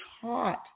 taught